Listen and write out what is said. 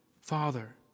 Father